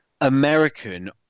American